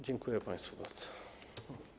Dziękuję państwu bardzo.